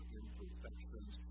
imperfections